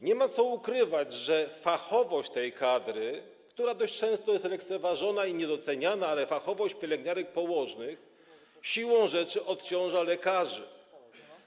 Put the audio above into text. Nie ma co ukrywać, że fachowość tej kadry, która dość często jest lekceważona i niedoceniana, fachowość pielęgniarek i położnych siłą rzeczy odciąża lekarzy.